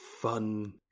fun